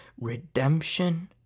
Redemption